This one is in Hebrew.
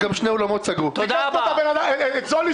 תשאל את זולי